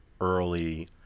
early